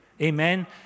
Amen